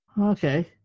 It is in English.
Okay